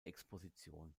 exposition